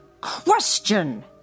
Question